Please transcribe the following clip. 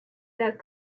that